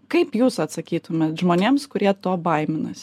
kaip jūs atsakytumėt žmonėms kurie to baiminas